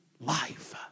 life